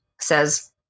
says